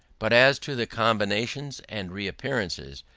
but as to their combinations and reappearances,